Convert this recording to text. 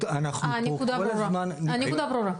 הנקודה ברורה.